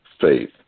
faith